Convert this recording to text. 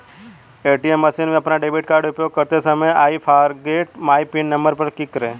ATM machine में अपना debit card उपयोग करते समय I forget my PIN number पर क्लिक करें